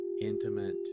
intimate